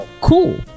Cool